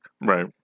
Right